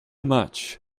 much